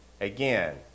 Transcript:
again